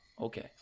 Okay